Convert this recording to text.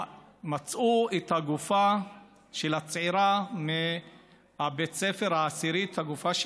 מצאו את הגופה של הצעירה מבית הספר, העשירית, אבל